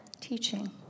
teaching